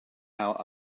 our